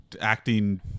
acting